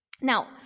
Now